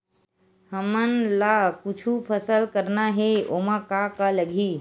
हमन ला कुछु फसल करना हे ओमा का का लगही?